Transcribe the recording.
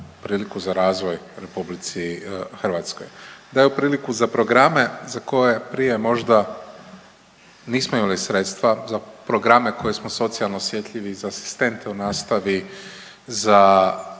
priliku za razvoj RH. Daju priliku za programe za koje prije možda nismo imali sredstva, za programe koje smo socijalno osjetljivi i za asistente u nastavi, za